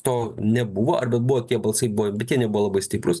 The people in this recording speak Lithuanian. to nebuvo arba buvo tie balsai buvo bet jie nebuvo labai stiprūs